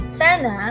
sana